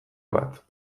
bat